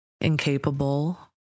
Incapable